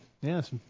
Yes